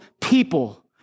people